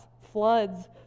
floods